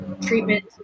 treatment